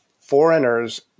foreigners